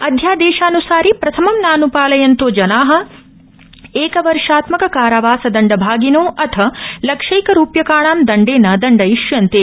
अध्यादेशान्सारि प्रथमं नान्पालयन्तो जना एकवर्षात्मक कारावासदण्डभागिनो अथ लक्षैकरूप्यकाणां दण्डेन दण्डयिष्यन्ते